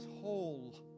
whole